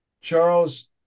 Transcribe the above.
Charles